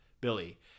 Billy